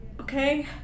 Okay